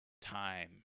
time